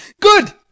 good